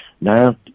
Now